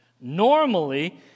Normally